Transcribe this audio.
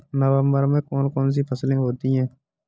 नवंबर में कौन कौन सी फसलें होती हैं?